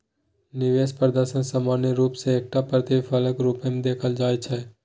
निवेश प्रदर्शनकेँ सामान्य रूप सँ एकटा प्रतिफलक रूपमे देखल जाइत छै